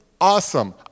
awesome